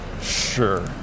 Sure